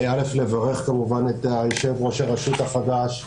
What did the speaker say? אני מבקש לברך כמובן את יו"ר הרשות החדש בתפקידו.